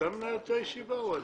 אתה מנהל את הישיבה או אני?